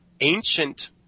ancient